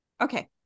okay